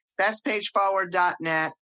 bestpageforward.net